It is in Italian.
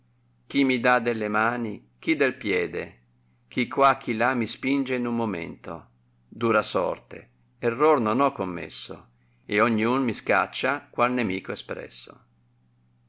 chi mi dà delle mani chi del piede chi qua chi là mi spinge in un momento dura sorte error non ho commesso e ogni un mi scaccia qual nemico espresso